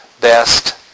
best